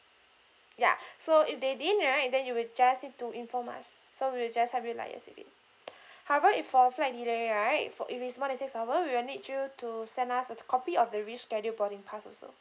ya so if they didn't right then you will just need to inform us so we will just help you liaise with it however if for flight delay right for if it's more than six hours we will need you to send us a copy of the reschedule boarding pass also